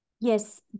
Yes